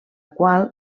qual